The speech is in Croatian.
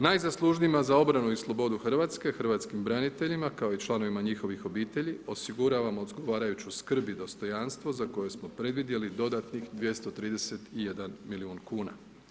Najzaslužnijima za obranu i slobodu Hrvatske, hrvatskim braniteljima kao i članovima njihovih obitelji osiguravamo odgovarajuću skrb i dostojanstvo za koju smo predvidjeli dodatnih 231 milijun kuna.